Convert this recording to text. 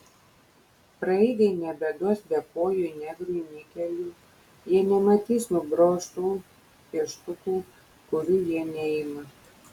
praeiviai nebeduos bekojui negrui nikelių jie nematys nudrožtų pieštukų kurių jie neima